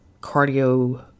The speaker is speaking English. cardio